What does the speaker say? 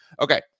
Okay